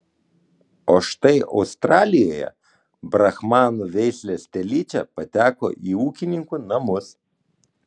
o štai australijoje brahmanų veislės telyčia pateko į ūkininkų namus